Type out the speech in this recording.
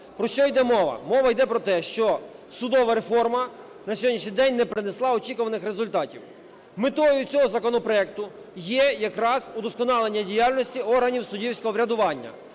Про що йде мова? Мова йде про те, що судова реформа на сьогоднішній день не принесла очікуваних результатів. Метою цього законопроекту є якраз удосконалення діяльності органів суддівського врядування.